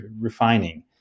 refining